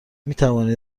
میتوانید